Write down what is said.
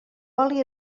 oli